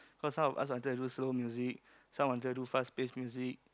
cause some of us wanted to do slow music some wanted to do fast pace music